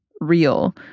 real